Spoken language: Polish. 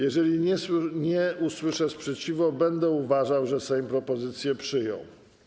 Jeżeli nie usłyszę sprzeciwu, będę uważał, że Sejm propozycje przyjął.